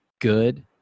good